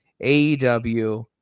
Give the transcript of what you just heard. AEW